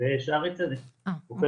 אני עובד